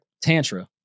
Tantra